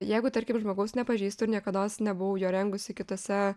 jeigu tarkim žmogaus nepažįstu ir niekados nebuvau jo rengusi kituose